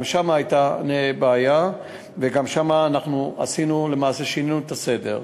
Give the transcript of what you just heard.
גם שם הייתה בעיה, וגם שם שינינו את הסדר.